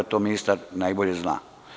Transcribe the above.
To ministar najbolje znamo.